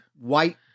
white